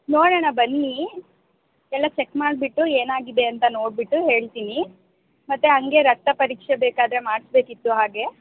ನೋಡೋಣ ಬನ್ನಿ ಎಲ್ಲ ಚೆಕ್ ಮಾಡಿಬಿಟ್ಟು ಏನಾಗಿದೆ ಅಂತ ನೋಡಿಬಿಟ್ಟು ಹೇಳ್ತೀನಿ ಮತ್ತು ಹಾಗೇ ರಕ್ತ ಪರೀಕ್ಷೆ ಬೇಕಾದರೆ ಮಾಡಿಸ್ಬೇಕಿತ್ತು ಹಾಗೇ